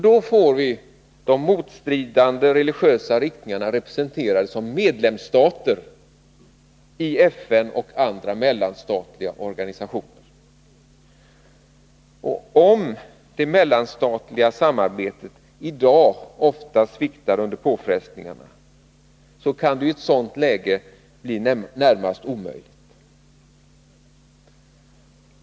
Då får vi de motstridande religiösa riktningarna representerade som medlemsstater i FN och andra mellanstatliga organisationer. Det mellanstatliga samarbetet, som i dag ofta sviktar under påfrestningarna, kan i ett sådant läge bli närmast omöjligt.